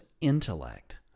intellect